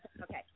Okay